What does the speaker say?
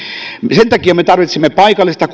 sen takia me tarvitsemme paikallista